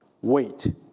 wait